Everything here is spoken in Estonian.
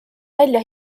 välja